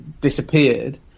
disappeared